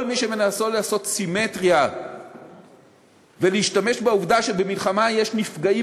כל מי שמנסה לעשות סימטריה ולהשתמש בעובדה שבמלחמה יש נפגעים,